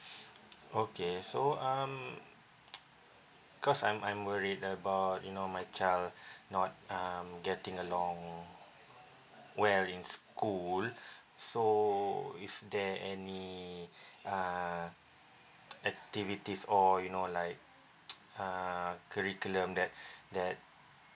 okay so um cause I'm I'm worried about you know my child not um getting along well in school so is there any uh activities or you know like uh curriculum that that